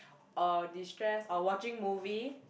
or destress or watching movie